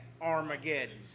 Armageddon